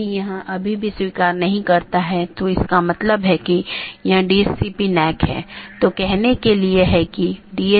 इसलिए यदि यह बिना मान्यता प्राप्त वैकल्पिक विशेषता सकर्मक विशेषता है इसका मतलब है यह बिना किसी विश्लेषण के सहकर्मी को प्रेषित किया जा रहा है